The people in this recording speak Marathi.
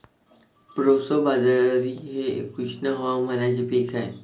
प्रोसो बाजरी हे उष्ण हवामानाचे पीक आहे